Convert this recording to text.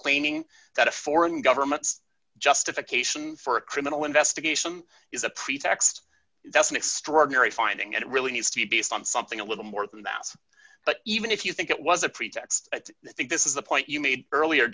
claiming that a foreign governments justification for a criminal investigation is a pretext that's an extraordinary finding and it really needs to be based on something a little more than that but even if you think it was a pretext at the think this is the point you made earlier